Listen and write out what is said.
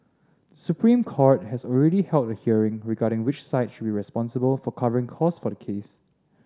The Supreme Court has already held a hearing regarding which side should be responsible for covering costs for the case